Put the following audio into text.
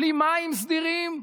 בלי מים סדירים,